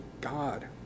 god